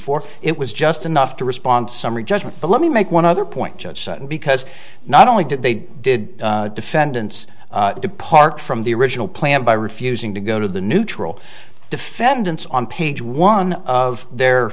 for it was just enough to respond summary judgment but let me make one other point just because not only did they did defendants depart from the original plan by refusing to go to the neutral defendants on page one of their